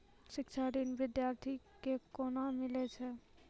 शिक्षा ऋण बिद्यार्थी के कोना मिलै छै?